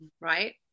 right